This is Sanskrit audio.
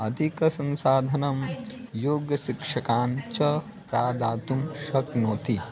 अधिकसंसाधनं योग्यशिक्षकान् च प्रदातुं शक्नोति